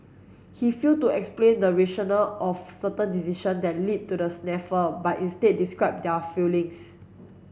he failed to explain the rationale of certain decision that lead to the snafu but instead described their fillings